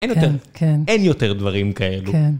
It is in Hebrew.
אין יותר, כן, כן, אין יותר דברים כאלו.